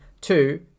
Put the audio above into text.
Two